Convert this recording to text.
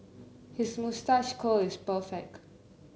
his moustache curl is perfect